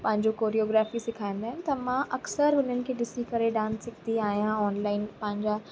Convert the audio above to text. पंहिंजो कोरियोग्राफ़ी सेखारींदा आहिनि त मां अक़सर हुननि खे ॾिसी करे डांस सिखंदी आहियां ऑनलाइन पंहिंजा